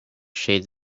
shades